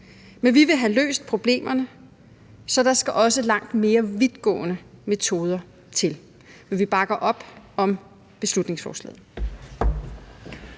men vi vil have løst problemerne, så der skal også langt mere vidtgående metoder til, men vi bakker op om beslutningsforslaget.